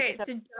Okay